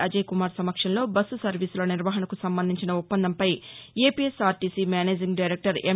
అజయ్కుమార్ సమక్షంలో బస్సు సర్వీసుల నిర్వహణకు సంబంధించిన ఒప్పందంపై ఏపీఎస్ ఆర్టీసీ మేనేజింగ్ డైరెక్టర్ ఎం